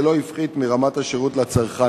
זה לא הפחית מרמת השירות לצרכן.